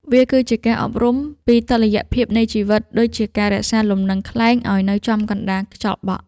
វាគឺជាការអប់រំពីតុល្យភាពនៃជីវិត ដូចជាការរក្សាលំនឹងខ្លែងឱ្យនៅចំកណ្ដាលខ្យល់បក់។